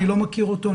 אני לא מכיר אותו,